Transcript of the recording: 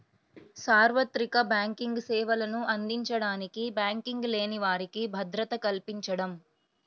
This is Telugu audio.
సార్వత్రిక బ్యాంకింగ్ సేవలను అందించడానికి బ్యాంకింగ్ లేని వారికి భద్రత కల్పించడం